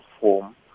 form